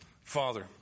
Father